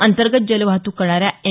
अंतर्गत जलवाहतूक करणाऱ्या एम